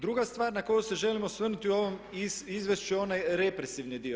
Druga stvar na koju se želim osvrnuti u ovom izvješću je onaj represivni dio.